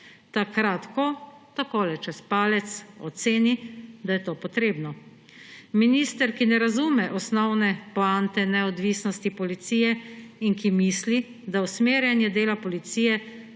ko takole čez palec oceni, da je to potrebno. Minister, ki ne razume osnovne poante neodvisnosti policije in ki misli, da usmerjanje dela policije